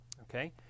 okay